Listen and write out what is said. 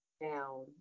down